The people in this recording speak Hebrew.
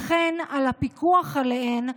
וכן את הפיקוח עליהן,